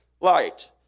light